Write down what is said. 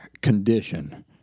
condition